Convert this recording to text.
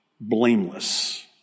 blameless